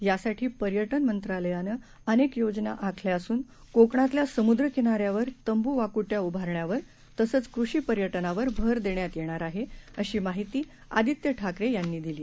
यासाठी पर्यटन मंत्रालयानं अनेक योजना आखल्या असून कोकणातल्या समुद्र किनाऱ्यांवर तंबू वाकुट्या उभारण्यावर तसंच कृषी पर्यटनावर भर देण्यात येणार आहे अशी माहिती आदित्य ठाकरे यांनी दिली